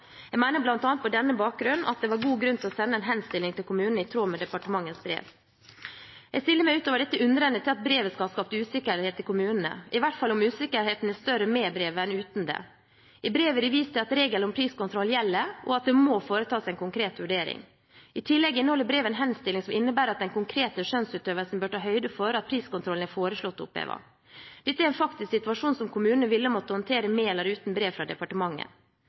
Jeg mener bl.a. på denne bakgrunn at det var god grunn til å sende en henstilling til kommunene i tråd med departementets brev. Jeg stiller meg ut over dette undrende til at brevet skal ha skapt usikkerhet i kommunene – i hvert fall til om usikkerheten er større med brevet enn uten det. I brevet er det vist til at regelen om priskontroll gjelder, og at det må foretas en konkret vurdering. I tillegg inneholder brevet en henstilling som innebærer at den konkrete skjønnsutøvelsen bør ta høyde for at priskontrollen er foreslått opphevet. Dette er en faktisk situasjon, som kommunene ville måtte håndtere med eller uten et brev fra departementet.